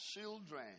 children